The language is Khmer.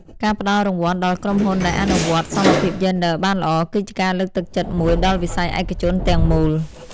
ការផ្តល់រង្វាន់ដល់ក្រុមហ៊ុនដែលអនុវត្តសមភាពយេនឌ័របានល្អ គឺជាការលើកទឹកចិត្តមួយដល់វិស័យឯកជនទាំងមូល។